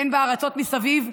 בין שבארצות מסביב,